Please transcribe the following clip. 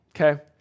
okay